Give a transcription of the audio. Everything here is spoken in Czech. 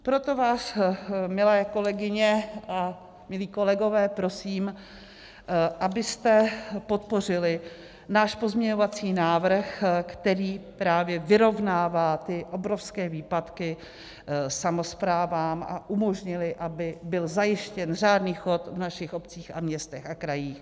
Proto vás, milé kolegyně a milí kolegové, prosím, abyste podpořili náš pozměňovací návrh, který právě vyrovnává ty obrovské výpadky samosprávám, a umožnili, aby byl zajištěn řádný chod v našich obcích, městech a krajích.